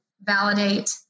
validate